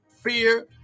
fear